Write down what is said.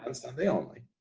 and sunday only,